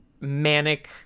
manic